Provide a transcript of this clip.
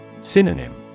Synonym